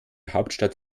hauptstadt